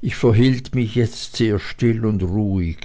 ich verhielt mich jetzt sehr still und ruhig